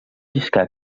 lliscar